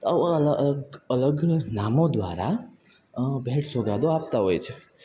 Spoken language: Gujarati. આવા અલગ અલગ નામો દ્વારા ભેટ સોગાદો આપતા હોય છે